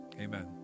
amen